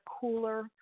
cooler